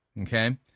okay